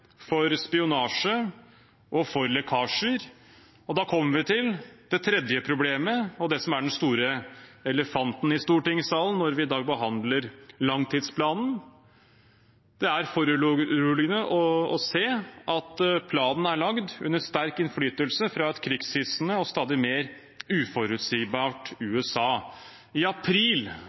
for spionasje og lekkasjer. Da kommer vi til det tredje problemet, og det som er den store elefanten i stortingssalen når vi i dag behandler langtidsplanen. Det er foruroligende å se at planen er lagd under sterk innflytelse av et krigshissende og stadig mer uforutsigbart USA. I april